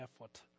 effort